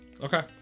Okay